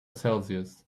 celsius